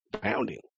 pounding